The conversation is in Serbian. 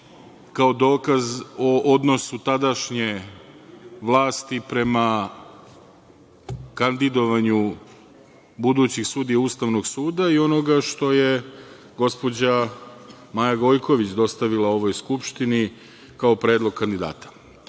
kao dokaz o odnosu tadašnje vlasti prema kandidovanju budućih sudija Ustavnog suda i onoga što je gospođa Maja Gojković dostavila ovoj Skupštini kao predlog kandidata. Naime,